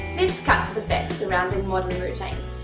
cut to the facts surrounding modern routines,